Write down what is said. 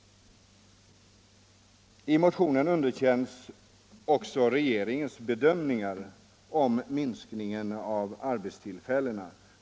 I motionen underkänns också regeringens bedömningar i fråga om minskningen av arbetstillfällena.